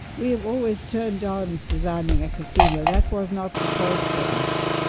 we have always turned down designing a casino. that was not the point for us.